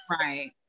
Right